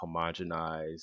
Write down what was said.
homogenized